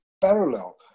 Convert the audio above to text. parallel